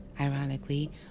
Ironically